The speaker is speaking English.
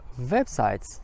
websites